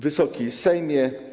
Wysoki Sejmie!